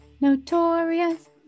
Notorious